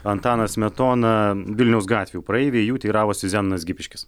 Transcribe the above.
antaną smetoną vilniaus gatvių praeiviai jų teiravosi zenonas gipiškis